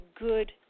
good